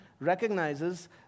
recognizes